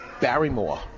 Barrymore